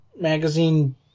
magazine